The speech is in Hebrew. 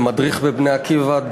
כמדריך ב"בני עקיבא",